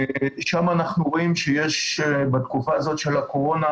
שם אנחנו רואים שיש בתקופה הזאת של הקורונה